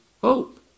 hope